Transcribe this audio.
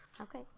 Okay